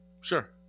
Sure